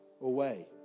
away